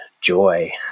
joy